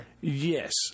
Yes